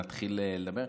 נתחיל לדבר.